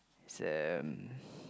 same